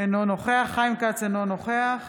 אינו נוכח חיים כץ, אינו נוכח